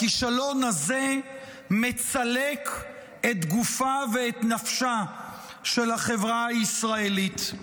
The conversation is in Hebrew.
הכישלון הזה מצלק את גופה ואת נפשה של החברה הישראלית.